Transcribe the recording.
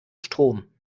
strom